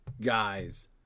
guys